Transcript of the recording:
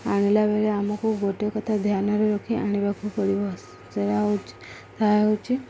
ଆଣିଲା ବେଳେ ଆମକୁ ଗୋଟେ କଥା ଧ୍ୟାନରେ ରଖି ଆଣିବାକୁ ପଡ଼ିବ ସେଟା ହେଉଛି ତାହା ହେଉଛି